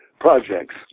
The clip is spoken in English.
projects